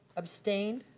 abstained?